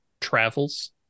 travels